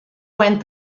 went